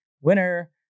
winner